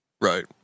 Right